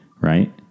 Right